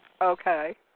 Okay